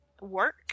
work